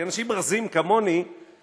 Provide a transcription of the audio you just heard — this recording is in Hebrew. כי אנשים רזים כמוני,